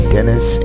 Dennis